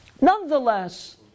Nonetheless